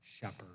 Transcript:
shepherd